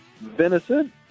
venison